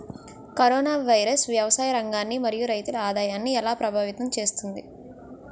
Corona virus వ్యవసాయ రంగాన్ని మరియు రైతుల ఆదాయాన్ని ఎలా ప్రభావితం చేస్తుంది?